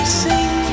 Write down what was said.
sing